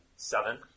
Seven